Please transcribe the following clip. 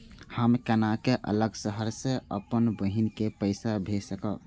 हम केना अलग शहर से अपन बहिन के पैसा भेज सकब?